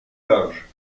large